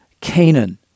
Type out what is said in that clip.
Canaan